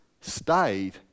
stayed